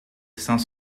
saint